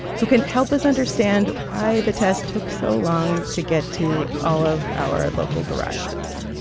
who can help us understand why the test took so long to get to all of our local garages